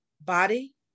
body